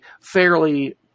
fairly